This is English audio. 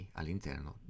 all'interno